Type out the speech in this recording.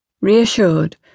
Reassured